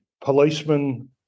policeman